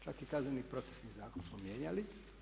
Čak i Kazneni procesni zakon smo mijenjali.